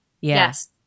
Yes